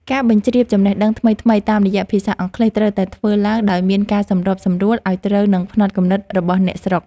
ការបញ្ជ្រាបចំណេះដឹងថ្មីៗតាមរយៈភាសាអង់គ្លេសត្រូវតែធ្វើឡើងដោយមានការសម្របសម្រួលឱ្យត្រូវនឹងផ្នត់គំនិតរបស់អ្នកស្រុក។